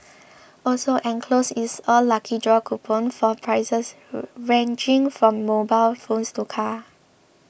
also enclosed is a lucky draw coupon for prizes ranging from mobile phones to cars